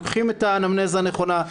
לוקחים את האנמנזה הנכונה,